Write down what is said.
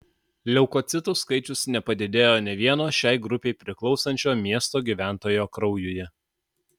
leukocitų skaičius nepadidėjo nė vieno šiai grupei priklausančio miesto gyventojo kraujuje